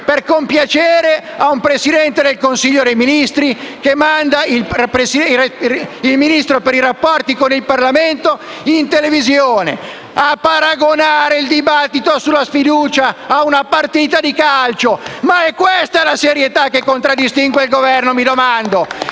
per compiacere un Presidente del Consiglio dei ministri che manda il Ministro per i rapporti con il Parlamento in televisione a paragonare il dibattito sulla sfiducia a una partita di calcio. Mi domando se sia questa la serietà che contraddistingue il Governo. *(Applausi